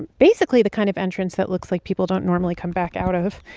basically the kind of entrance that looks like people don't normally come back out of